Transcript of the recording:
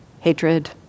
hatred